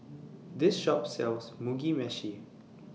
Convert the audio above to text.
This Shop sells Mugi Meshi